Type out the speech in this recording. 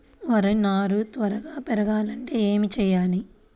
వరి నారు త్వరగా పెరగాలంటే ఏమి చెయ్యాలి?